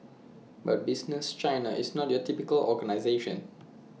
but business China is not your typical organisation